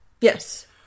Yes